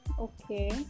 Okay